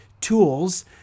tools